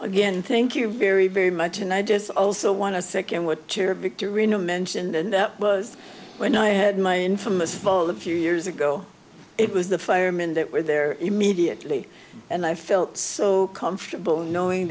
again thank you very very much and i just also want to second what chair victor reno mentioned and that was when i had my infamous phone the few years ago it was the firemen that were there immediately and i felt so comfortable knowing